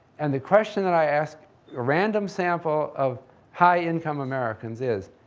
and the question that i ask a random sample of high-income americans is,